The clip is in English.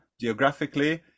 geographically